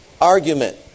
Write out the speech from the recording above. argument